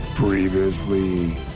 Previously